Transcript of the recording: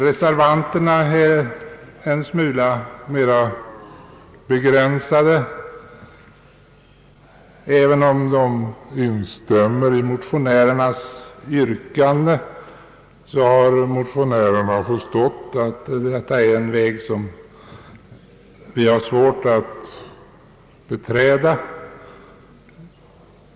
Reservanterna går inte fullt så långt. Även om de instämmer i motionärernas yrkanden, har de dock förstått att detta är en väg, som vi har svårt att beträda.